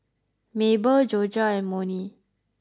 Mable Jorja Monnie